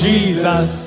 Jesus